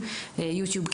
לילדים.